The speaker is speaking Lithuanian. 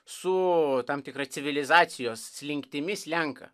su tam tikra civilizacijos slinktimi slenka